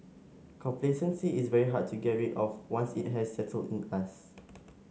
complacency is very hard to get rid of once it has settled in us